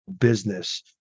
business